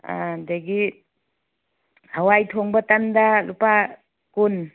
ꯑꯗꯒꯤ ꯍꯋꯥꯏ ꯊꯣꯡꯕ ꯇꯟꯗ ꯂꯨꯄꯥ ꯀꯨꯟ